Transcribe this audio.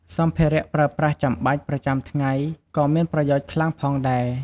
សម្ភារៈប្រើប្រាស់ចាំបាច់ប្រចាំថ្ងៃក៏មានប្រយោជន៍ខ្លាំងផងដែរ។